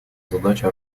задача